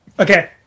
Okay